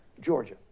Georgia